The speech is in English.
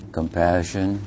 compassion